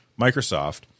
Microsoft